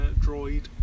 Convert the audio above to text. droid